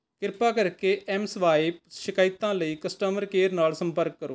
ਕਿਰਪਾ ਕਰਕੇ ਐਮਸਵਾਈਪ ਸ਼ਿਕਾਇਤਾਂ ਲਈ ਕਸਟਮਰ ਕੇਅਰ ਨਾਲ ਸੰਪਰਕ ਕਰੋ